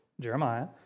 Jeremiah